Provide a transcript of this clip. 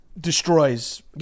destroys